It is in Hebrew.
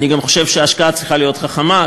אני גם חושב שההשקעה צריכה להיות חכמה,